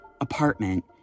apartment